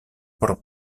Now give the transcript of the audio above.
por